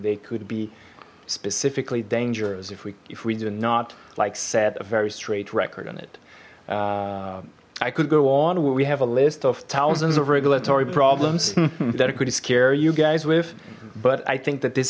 they could be specifically dangers if we if we do not like set a very straight record on it i could go on where we have a list of thousands of regulatory problems that could scare you guys with but i think that this